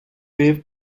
wave